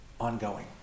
ongoing